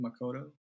Makoto